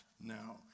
now